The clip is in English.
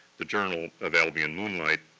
the journal of albion moonlight,